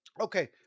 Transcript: Okay